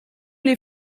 les